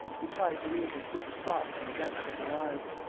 he tried to read her secret thoughts in the depths of her eyes.